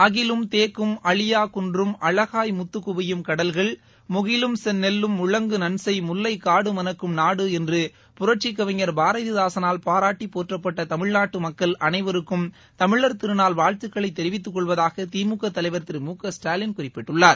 அகிலும் தேக்கும் அழியாக் குன்றும் அழகாய் முத்து குவியும் கடல்கள் முகிலும் செந்நெல்லும் முழங்கு நன்செய் முல்லைக்காடு மணக்கும் நாடு என்று புரட்சிக் கவிஞர் பாரதிதூசனால் பாராட்டிப் போற்றப்பட்ட தமிழ்நாட்டு மக்கள் அனைவருக்கும் தமிழர் திருநாள் வாழ்த்துக்களைத் தெரிவித்துக் கொள்வதாக திமுக தலைவர் திரு மு க ஸ்டாலின் குறிப்பிட்டுள்ளார்